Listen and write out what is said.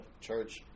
church